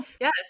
Yes